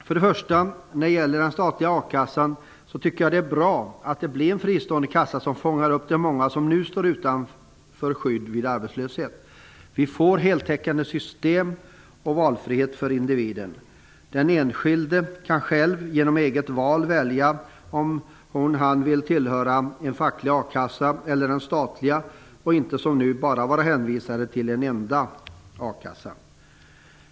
Vad först gäller den statliga a-kassan tycker jag att det är bra att det blir en fristående kassa, som fångar upp de många som nu står utan skydd vid arbetslöshet. Vi får heltäckande system och valfrihet för individen. Den enskilde kan genom eget val antingen tillhöra en facklig a-kassa eller den statliga och behöver inte som nu vara hänvisad till en enda a-kassa.